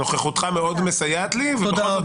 הנוכחות שלך מאוד מסייעת לי ובכל זאת